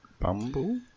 Bumble